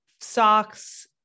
socks